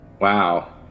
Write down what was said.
Wow